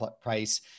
price